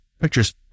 pictures